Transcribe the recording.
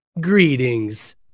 Greetings